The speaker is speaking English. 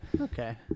Okay